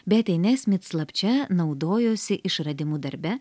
betė nesmit slapčia naudojosi išradimu darbe